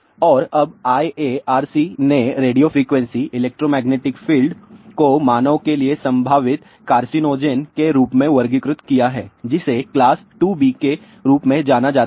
और अब IARC ने रेडियोफ्रीक्वेंसी इलेक्ट्रोमैग्नेटिक फील्ड को मानव के लिए संभावित कार्सिनोजेन के रूप में वर्गीकृत किया है जिसे क्लास 2B के रूप में जाना जाता है